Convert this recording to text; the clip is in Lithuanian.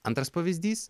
antras pavyzdys